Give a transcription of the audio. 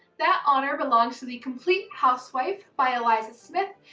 that honor belongs to the compleat housewife by eliza smith,